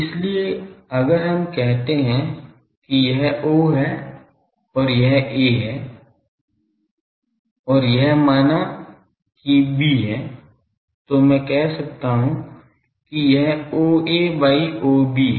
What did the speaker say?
इसलिए अगर हम कहते हैं कि यह O है और यह A है और यह माना की B है तो मैं कह सकता हूं कि यह OA by OB है